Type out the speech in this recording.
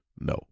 No